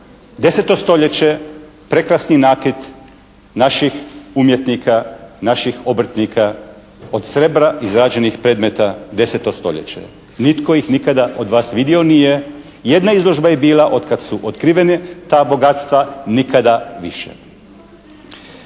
10. stoljeće prekrasni nakit naših umjetnika, naših obrtnika od srebra izrađenih predmeta 10. stoljeće. Nitko ih nikada od vas vidio nije. Jedna izložba je bila od kada su otkrivena ta bogatstva, nikada više.